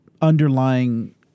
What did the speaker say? underlying